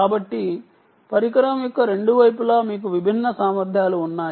కాబట్టి పరికరం యొక్క రెండు వైపులా మీకు విభిన్న సామర్థ్యాలు ఉన్నాయి